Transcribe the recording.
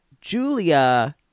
Julia